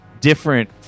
different